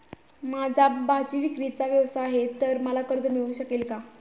माझा भाजीविक्रीचा व्यवसाय आहे तर मला कर्ज मिळू शकेल का?